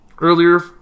Earlier